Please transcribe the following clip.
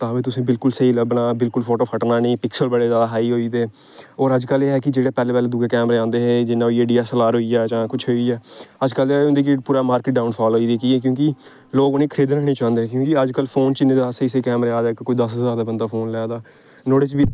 तां बी तुसेंगी बिलकुल स्हेई लब्भना बिलकुल फोटो फट्टना निं पिच्छु बने दा हाई ओह्दे होर अज्जकल एह् कि जेह्ड़े पैह्लें पैह्लें दूए कैमरे आंदे हे जियां होई गेआ डी एस एल आर होई गेआ जां कुछ होई गेआ अज्जकल इं'दा पूरा मार्किट डोउन फाल होई गेदी कि एह् क्योंकि लोक उ'नेंगी खरीदना निं चांह्दे क्योंकि अज्जकल फोन च इ'न्ने जैदा स्हेई स्हेई कैमरे आए दे इक कोई दस ज्हार दा बंदा फोन लै दा नुआढ़े च बी